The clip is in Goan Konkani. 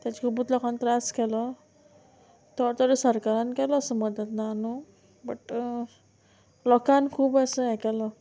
तेजे खुबूत लोकान त्रास केलो थोडे थोडे सरकारान केलो असो मदत ना न्हू बट लोकान खूब असो हें केलो